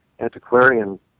antiquarian